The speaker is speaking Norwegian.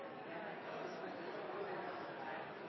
ja